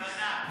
וההבנה.